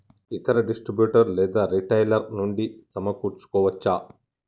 ఇతర డిస్ట్రిబ్యూటర్ లేదా రిటైలర్ నుండి సమకూర్చుకోవచ్చా?